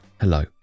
hello